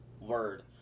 Word